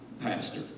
pastor